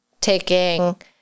taking